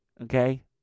Okay